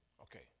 Okay